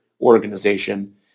organization